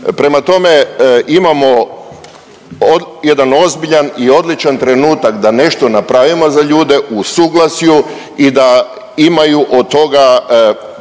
Prema tome, imamo jedan ozbiljan i odličan trenutak da nešto napravimo za ljude u suglasju i da imaju od toga